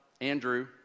Andrew